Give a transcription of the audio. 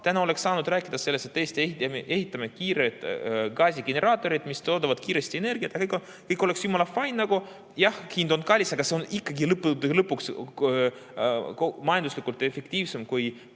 siis oleks saanud rääkida sellest, et me ehitame kiireid gaasigeneraatoreid, mis toodavad kiiresti energiat, kõik oleks olnud jumalafine. Jah, hind on kallis, aga see on ikkagi lõppude lõpuks majanduslikult efektiivsem kui